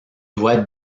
doit